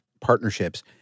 partnerships